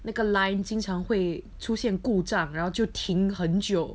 那个 lines 经常会出现故障然后就停很久